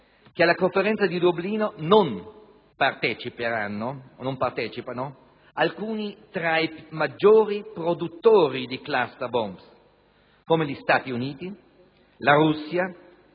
che alla Conferenza di Dublino non partecipano alcuni tra i maggiori produttori di *cluster bombs* come gli Stati Uniti, la Russia,